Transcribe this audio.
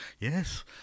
Yes